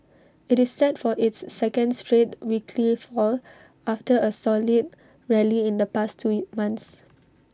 IT is set for its second straight weekly fall after A solid rally in the past two months